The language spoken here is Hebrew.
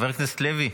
חבר הכנסת לוי,